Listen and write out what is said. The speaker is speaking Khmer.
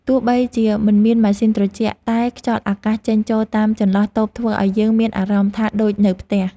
ទោះបីជាមិនមានម៉ាស៊ីនត្រជាក់តែខ្យល់អាកាសចេញចូលតាមចន្លោះតូបធ្វើឱ្យយើងមានអារម្មណ៍ថាដូចនៅផ្ទះ។